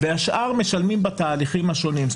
והשאר משלמים בתהליכים השונים.